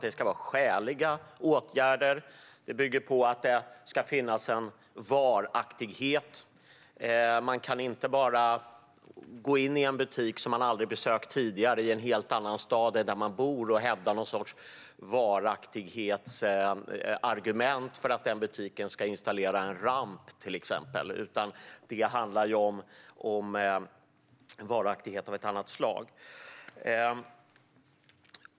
Det ska vara skäliga åtgärder. Det ska finnas en varaktighet. Man kan inte bara gå in i en butik som man aldrig besökt tidigare i en helt annan stad än den man bor i och hävda någon sorts varaktighetsargument för att butiken ska installera en ramp, till exempel, utan det handlar om varaktighet av ett annat slag.